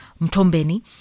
Mtombeni